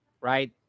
right